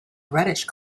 reddish